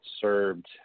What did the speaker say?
served